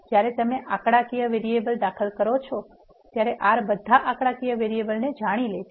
જ્યારે તમે આંકડાકીય વેરીએબલ દાખલ કરો છો R બધા આંકડાકીય વેરીએબલ ને જાણે છે